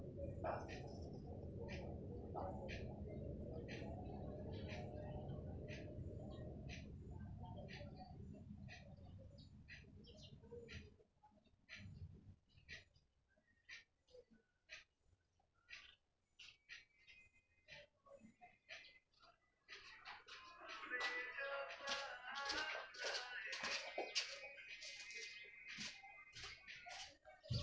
गुंतवणुकीसाठी आपल्याला कोणत्या प्रकारच्या अनुदानाची आवश्यकता लागेल?